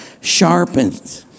sharpened